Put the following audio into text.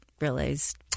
realized